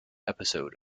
episode